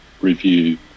review